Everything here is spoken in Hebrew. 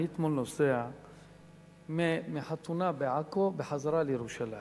אני אתמול נוסע מחתונה בעכו בחזרה לירושלים.